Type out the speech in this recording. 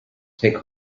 take